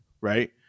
right